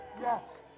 yes